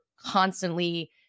constantly